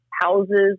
Houses